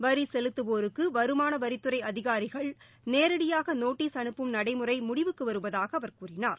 வரி செலுத்துவோருக்கு வருமானவரித்துறை அதிகாரிகள் நேரிடையாக நோட்டீஸ் அனுப்பும் நடைமுறை முடிவுக்கு வருவதூக அவர் கூறினார்